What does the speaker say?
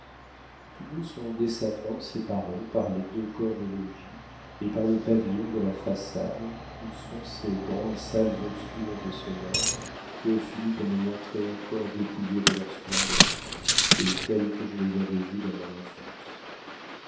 tous deux sont décemment séparés par les deux corps de logis et par le pavillon de la façade où sont ces grandes salles obscures et sonores que philippe me montrait encore dépouillées de leur splendeur et telles que je les avais vues dans mon enfance